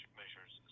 measures